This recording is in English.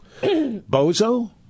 Bozo